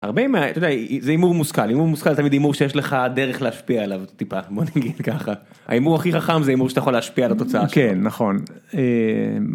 הרבה מה.. אתה יודע, זה הימור מושכל. הימור מושכל תמיד הימור שיש לך דרך להשפיע עליו טיפה, בוא נגיד ככה. ההימור הכי חכם זה הימור שאתה יכול להשפיע על התוצאה שלו. כן, נכון. אה...